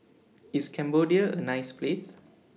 IS Cambodia A nice Place